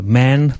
man